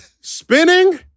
spinning